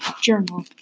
Journal